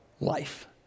life